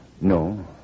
No